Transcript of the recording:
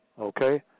Okay